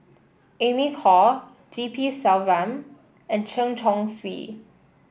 Amy Khor G P Selvam and Chen Chong Swee